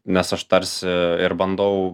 nes aš tarsi ir bandau